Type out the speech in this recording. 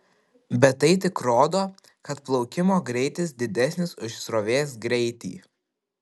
bet tai tik rodo kad plaukimo greitis didesnis už srovės greitį